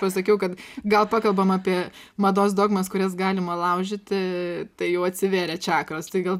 pasakiau kad gal pakalbam apie mados dogmas kurias galima laužyti tai jau atsivėrė čiakros tai gal